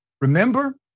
Remember